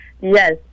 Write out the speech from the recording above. Yes